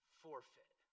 forfeit